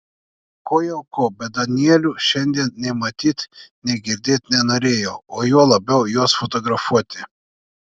ko jau ko bet danielių šiandien nei matyt nei girdėt nenorėjau o juo labiau juos fotografuoti